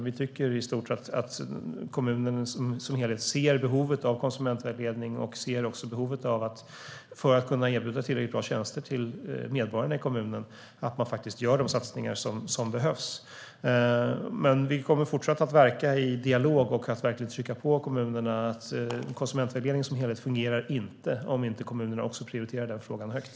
Vi tycker att kommunerna som helhet ser behovet av konsumentvägledning och vilka satsningar som behövs för att erbjuda medborgarna tillräckligt bra tjänster. Vi kommer att fortsätta att verka i dialog och trycka på kommunerna om att konsumentvägledningen inte fungerar om inte kommunerna prioriterar frågan högt.